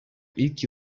ilk